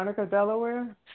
Delaware